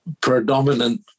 predominant